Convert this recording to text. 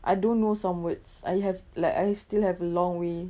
I don't know some words I have like I still have a long way